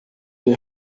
dir